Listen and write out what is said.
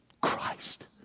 Christ